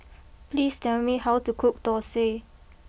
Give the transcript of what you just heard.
please tell me how to cook Thosai